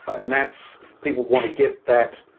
and that's people want to get that,